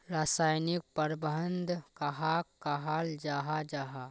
रासायनिक प्रबंधन कहाक कहाल जाहा जाहा?